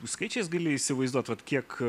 skaičiais gali įsivaizduot vat kiek